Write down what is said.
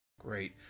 Great